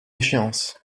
échéance